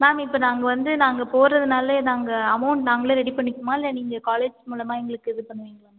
ma'am இப்போ நாங்கள் வந்து நாங்கள் போறதுனால் நாங்கள் அமௌன்ட் நாங்களே ரெடி பண்ணிக்கணுமா இல்லை நீங்கள் காலேஜ் மூலமாக எங்களுக்கு இது பண்ணுவிங்களா